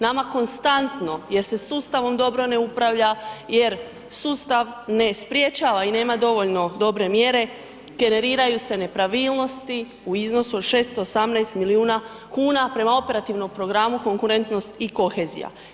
Nama konstantno jer se sustavom dobro ne upravlja jer sustav ne sprečava i nema dovoljno dobre mjere, generiraju se nepravilnosti u iznosu od 618 milijuna kuna prema Operativnom programu konkurentnost i kohezija.